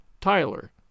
Tyler